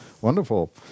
Wonderful